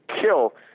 kill